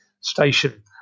station